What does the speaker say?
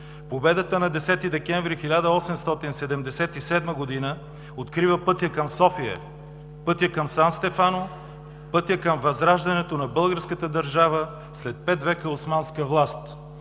Победата на 10 декември 1877 г. открива пътя към София, пътя към Сан Стефано, пътя към възраждането на българската държава след пет века османска власт.